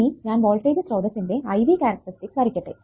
ഇനി ഞാൻ വോൾടേജ് സ്രോതസ്സിന്റെ I V കാരക്ടറിസ്റ്റിക്സ് വരയ്ക്കട്ടെ